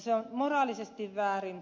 se on moraalisesti väärin